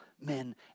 men